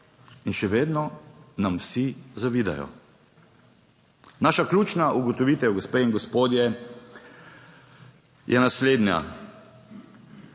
In še vedno nam vsi zavidajo. Naša ključna ugotovitev, gospe in gospodje, je naslednja.